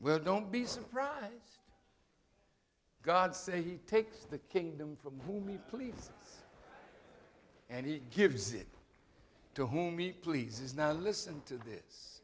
well don't be surprised god say he takes the kingdom for movie please and he gives it to whom he pleases now listen to this